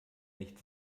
nicht